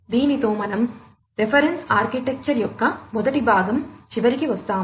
దీనితో మనం reference architecture యొక్క మొదటి భాగం చివరికి వస్తాము